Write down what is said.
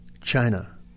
China